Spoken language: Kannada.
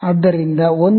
ಆದ್ದರಿಂದ 1